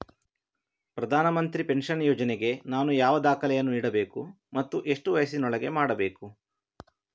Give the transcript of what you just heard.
ಪ್ರಧಾನ ಮಂತ್ರಿ ಪೆನ್ಷನ್ ಯೋಜನೆಗೆ ನಾನು ಯಾವ ದಾಖಲೆಯನ್ನು ನೀಡಬೇಕು ಮತ್ತು ಎಷ್ಟು ವಯಸ್ಸಿನೊಳಗೆ ಮಾಡಬೇಕು?